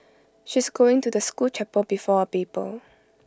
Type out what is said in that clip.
she's going to the school chapel before her